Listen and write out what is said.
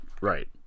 right